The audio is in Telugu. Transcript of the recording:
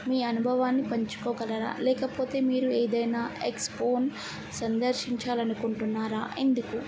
మీ అనుభవాన్ని పంచుకోగలరా లేకపోతే మీరు ఏదైనా ఎక్స్పోని సందర్శించాలనుకుంటున్నారా ఎందుకు